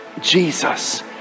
Jesus